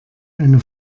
eine